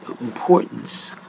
importance